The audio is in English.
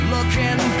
Looking